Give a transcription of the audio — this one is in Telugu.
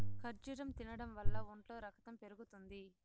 ఖర్జూరం తినడం వల్ల ఒంట్లో రకతం పెరుగుతుంది